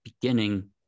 beginning